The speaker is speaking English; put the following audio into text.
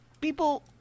people